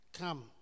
come